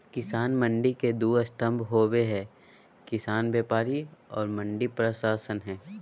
किसान मंडी के दू स्तम्भ होबे हइ किसान व्यापारी और मंडी प्रशासन हइ